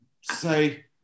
say